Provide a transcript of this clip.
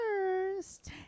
first